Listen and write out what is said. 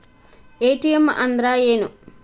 ATM ಅಂದ್ರ ಏನು?